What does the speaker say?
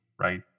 right